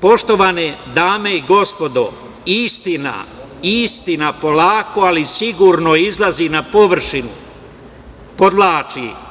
poštovane dame i gospodo istina, istina polako, ali sigurno izlazi na površinu, podvlači.